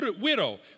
widow